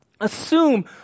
assume